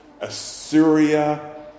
Assyria